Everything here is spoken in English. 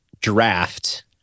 draft